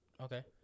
Okay